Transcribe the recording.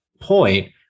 point